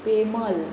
Pemal